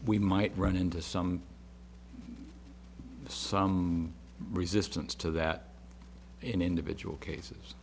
we might run into some some resistance to that in individual cases